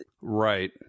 right